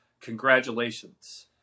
congratulations